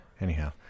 anyhow